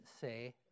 say